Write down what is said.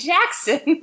Jackson